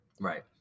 Right